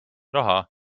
raha